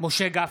משה גפני,